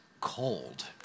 cold